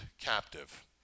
captive